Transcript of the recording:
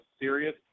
serious